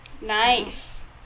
nice